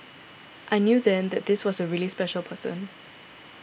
I knew then that this was a really special person